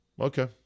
Okay